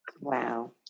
Wow